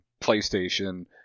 PlayStation